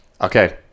okay